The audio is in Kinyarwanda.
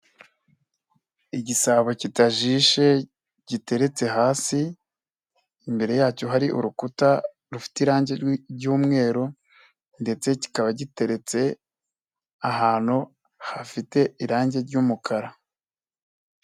Igisabo kitajishe giteretse hasi, imbere yacyo hari urukuta rufite irange ry'umweru ndetse kikaba giteretse ahantu hafite irange ry'umukara.